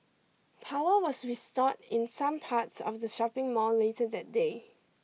power was restored in some parts of the shopping mall later that day